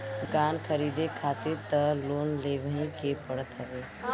दुकान खरीदे खारित तअ लोन लेवही के पड़त हवे